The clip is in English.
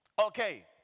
Okay